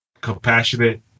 compassionate